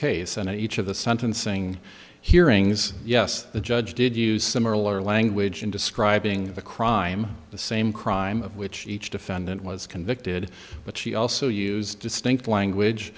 case and in each of the sentencing hearings yes the judge did use similar language in describing the crime the same crime of which each defendant was convicted but she also used distinct language